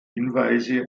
hinweise